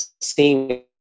seeing